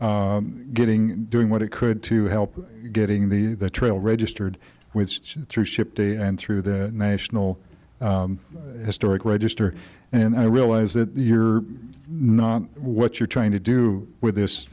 getting doing what it could to help getting the trail registered with and through schip day and through the national historic register and i realize that you're not what you're trying to do with this